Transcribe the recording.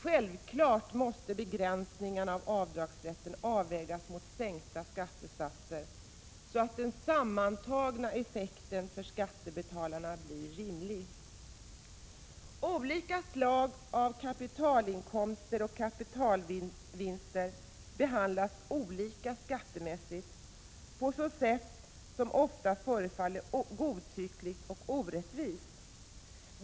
Självfallet måste begränsningar av avdragsrätten avvägas mot sänkta skattesatser, så att den sammantagna effekten för skattebetalarna blir rimlig. Olika slag av kapitalinkomster och kapitalvinster behandlas olika skattemässigt på ett sätt som ofta förefaller godtyckligt och orättvist.